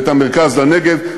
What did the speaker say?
ואת המרכז לנגב,